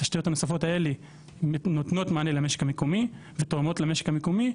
התשתיות הנוספות האלה נותנות מענה למשק המקומי ותואמות למשק המקומי,